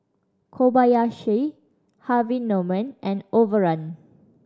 Kobayashi Harvey Norman and Overrun